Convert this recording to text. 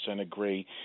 agree